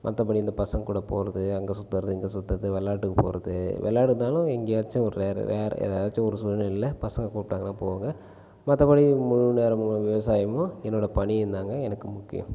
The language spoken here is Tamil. மற்றபடி இந்தப் பசங்க கூட போகறது அங்கே சுற்றுறது இங்கே சுற்றுறது விளாட்டுக்குப் போகறது விளாடுனாலும் எங்கையாச்சும் ஒரு ரேரு ரேர் எதாச்சம் ஒரு சூழ்நிலையில பசங்க கூப்பிட்டாங்கனா போவேங்க மற்றபடி முழுநேரமும் விவசாயமும் என்னோட பணியும் தாங்க எனக்கு முக்கியம்